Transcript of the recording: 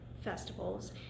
festivals